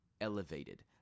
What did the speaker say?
elevated